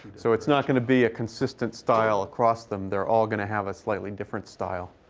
so it's not going to be a consistent style across them. they're all going to have a slightly different style,